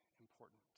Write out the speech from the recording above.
important